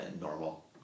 normal